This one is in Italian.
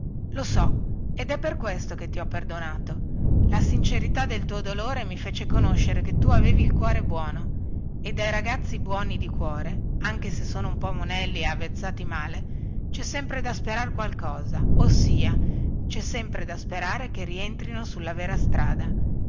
lo so ed è per questo che ti ho perdonato la sincerità del tuo dolore mi fece conoscere che tu avevi il cuore buono e dai ragazzi buoni di cuore anche se sono un po monelli e avvezzati male cè sempre da sperar qualcosa ossia cè sempre da sperare che rientrino sulla vera strada